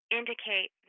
indicate